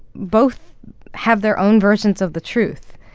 both have their own versions of the truth.